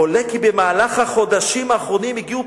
עולה כי במהלך החודשים האחרונים הגיעו